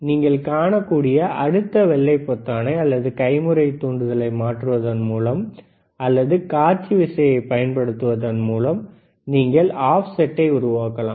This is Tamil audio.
நீங்கள் காணக்கூடிய அடுத்த வெள்ளை பொத்தானை அல்லது கைமுறை தூண்டுதலை மாற்றுவதன் மூலம் அல்லது காட்சி விசையைப் பயன்படுத்துவதன் மூலம் நீங்கள் ஆஃப்செட்டை உருவாக்கலாம்